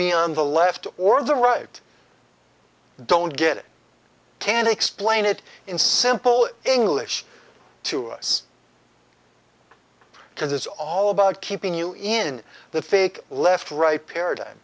be on the left or the right don't get it can explain it in simple english to us because it's all about keeping you in the fake left right paradigm